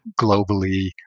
globally